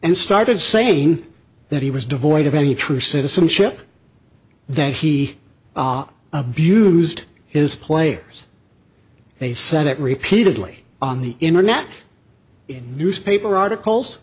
and started saying that he was devoid of any true citizenship that he abused his players they said it repeatedly on the internet in newspaper articles